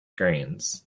grains